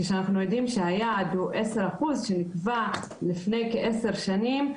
כאשר אנחנו יודעים שהיעד הוא 10% שנקבע לפני כעשר שנים,